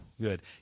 good